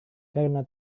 karena